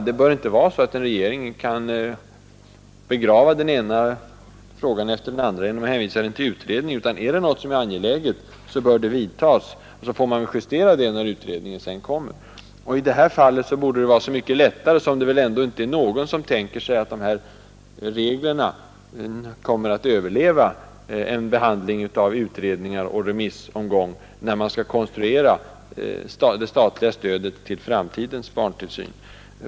Det bör inte vara så att regeringen kan begrava den ena frågan efter den andra genom att hänvisa dem till utredningar. Är det någonting som är angeläget bör man handla och sedan får man vidta justeringar när utredningen blir färdig. I detta fall borde det vara så mycket lättare. Det är väl ändå inte någon som tänker sig att dessa regler kommer att överleva behandlingen i utredning och remissyttranden, när man skall konstruera det statliga stödet till framtidens barntillsyn.